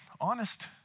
Honest